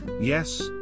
Yes